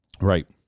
Right